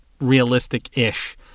realistic-ish